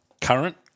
Current